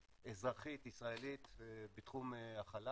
אזרחית, ישראלית, בתחום החלל